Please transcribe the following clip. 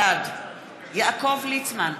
בעד יעקב ליצמן,